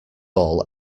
all